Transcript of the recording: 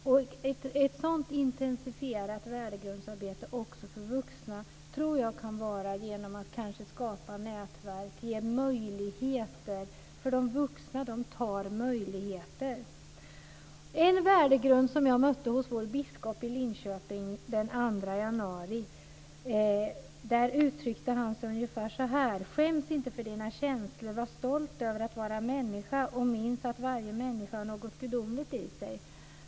Jag tror att ett sådant intensifierat värdegrundsarbete också för vuxna, kanske genom skapande av nätverk, ger möjligheter som de vuxna kan utnyttja. Jag fick den 2 januari ta del av en värdegrund genom biskopen i Linköping, som uttryckte sig ungefär så här: Skäms inte för dina känslor! Var stolt över att vara människa, och minns att varje människa har något gudomligt i sig!